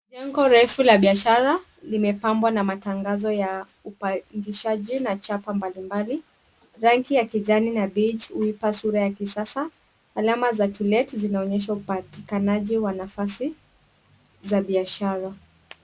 Jengo refu la biashara limepambwa na matangazo ya mpangishaji na chapa mbalimbali. Rangi ya kijani na beige huipa sura ya kisasa. Alama za to let zinaonyesha upatikanaji wa nafasi za biashara.